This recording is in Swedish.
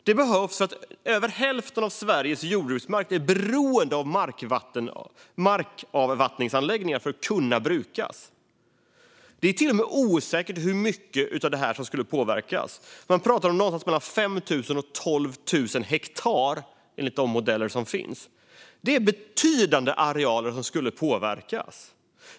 Det behövs eftersom över hälften av Sveriges jordbruksmark är beroende av markavvattningsanläggningar för att kunna brukas. Det är till och med osäkert hur mycket av det här som skulle påverkas. Man pratar om någonstans mellan 5 000 och 12 000 hektar, enligt de modeller som finns. Det är betydande arealer som skulle påverkas.